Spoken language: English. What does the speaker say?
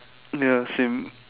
ya same